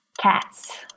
Cats